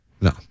No